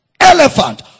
Elephant